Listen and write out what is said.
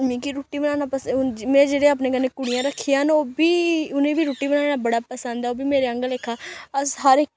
मिक्की रुट्टी बनाना पसं हून में जेहड़े अपने कन्नै कुड़ियां रक्खियां न ओह् बी उ'नें गी बी रुट्टी बनाना बड़ा पसंद ऐ ओह् बी मेरे आह्ले लेखा अस हर इक